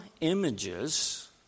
images